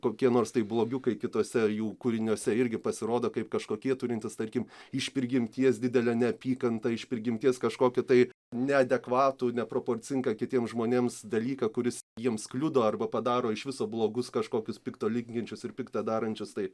kokie nors tai blogiukai kituose jų kūriniuose irgi pasirodo kaip kažkokie turintys tarkim iš prigimties didelę neapykantą iš prigimties kažkokį tai neadekvatų neproporcingą kitiems žmonėms dalyką kuris jiems kliudo arba padaro iš viso blogus kažkokius pikto linkinčius ir piktą darančius tai